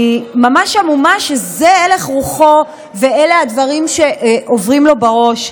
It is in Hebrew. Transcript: אני ממש המומה שזה הלך רוחו ואלה הדברים שעוברים לו בראש,